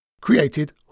created